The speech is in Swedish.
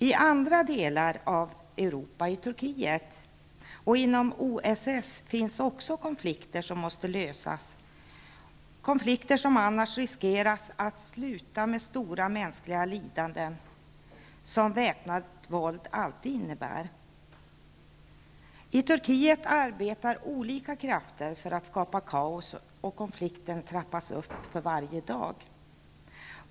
I andra delar av Europa, bl.a. i Turkiet och inom OSS, finns också konflikter som måste lösas och som annars riskerar att resultera i stora mänskliga lidanden som väpnat våld alltid innebär. I Turkiet arbetar olika krafter för att skapa kaos. Konflikten trappas upp för varje dag.